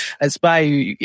aspire